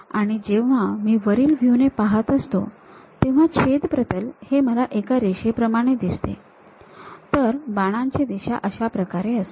आणि जेव्हा मी वरील व्ह्यू ने पाहत असतो तेव्हा छेद प्रतल हे मला एका रेषेप्रमाणे दिसते तर बाणांची दिशा अशा प्रकारे असते